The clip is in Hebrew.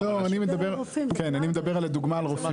לא, אני מדבר על הדוגמא על רופאים.